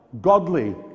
godly